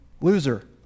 loser